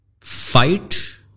fight